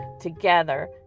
together